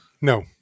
No